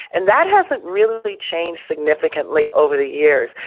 and that hasn't really changed significantly over the years.